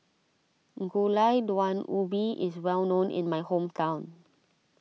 Gulai Daun Ubi is well known in my hometown